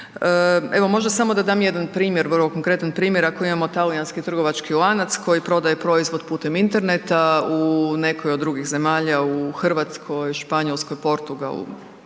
Evo možda da dam samo jedan primjer, vrlo konkretan primjer, ako imamo talijanski trgovački lanac koji prodaje proizvod putem Interneta u nekoj od drugih zemalja u Hrvatskoj, Španjolskoj, Portugalu